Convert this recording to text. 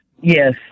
Yes